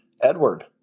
Edward